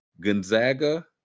Gonzaga